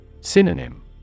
Synonym